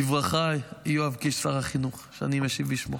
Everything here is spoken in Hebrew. בברכה, יואב קיש, שר החינוך, שאני משיב בשמו.